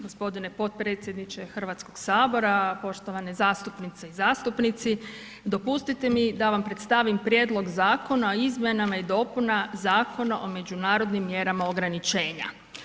gospodine potpredsjedniče Hrvatskoga sabora, poštovane zastupnice i zastupnici Dopustite mi da vam predstavim Prijedlog zakona o izmjenama i dopunama Zakona o međunarodnim mjerama ograničenja.